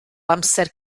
amser